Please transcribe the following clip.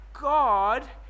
God